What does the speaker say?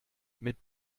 mit